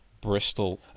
Bristol